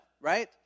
right